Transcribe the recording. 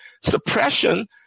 suppression